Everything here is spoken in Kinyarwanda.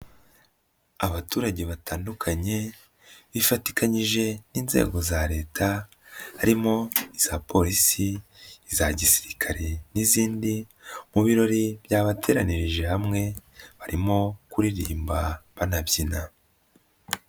Abaturage batandukanye bifatikanyije n'inzego za leta harimo iza polisi, iza gisirikare n'izindi mu birori byabateranirije hamwe birimo kuririmba banabyina.